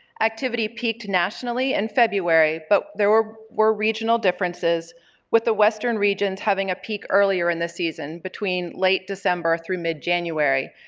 activity peaked nationally in and february, but there were were regional differences with the western regions having a peak earlier in the season between late december through mid-january,